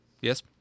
yes